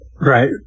Right